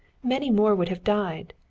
many more would have died.